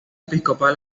episcopal